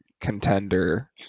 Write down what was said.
contender